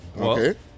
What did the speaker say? okay